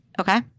Okay